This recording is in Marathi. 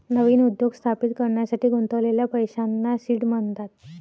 नवीन उद्योग स्थापित करण्यासाठी गुंतवलेल्या पैशांना सीड म्हणतात